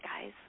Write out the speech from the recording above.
guys